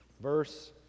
Verse